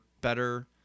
better